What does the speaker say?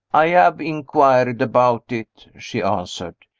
i have inquired about it, she answered.